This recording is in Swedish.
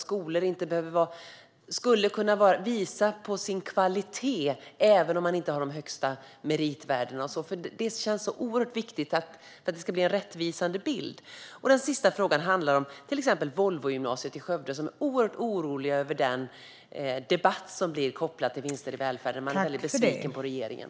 Skolor skulle kunna visa sin kvalitet, även om de inte har de högsta meritvärdena. Det känns oerhört viktigt för att det ska bli en rättvisande bild. Den sista frågan handlar om till exempel Volvogymnasiet i Skövde. Där är man oerhört orolig över den debatt som är kopplad till vinster i välfärden. Man är väldigt besviken på regeringen.